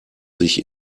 sich